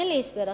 אין לי הסבר אחר,